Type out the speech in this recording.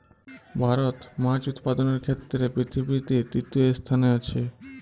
ভারত মাছ উৎপাদনের ক্ষেত্রে পৃথিবীতে তৃতীয় স্থানে আছে